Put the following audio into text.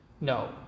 No